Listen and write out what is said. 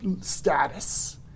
status